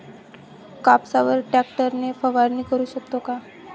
कापसावर ट्रॅक्टर ने फवारणी करु शकतो का?